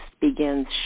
begins